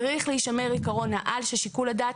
צריך להישמר עיקרון העל ששיקול הדעת